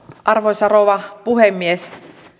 arvoisa rouva puhemies